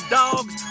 dogs